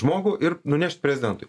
žmogų ir nunešt prezidentui